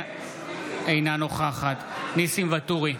אינה נוכחת ניסים ואטורי,